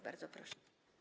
Bardzo proszę.